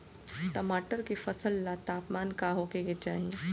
टमाटर के फसल ला तापमान का होखे के चाही?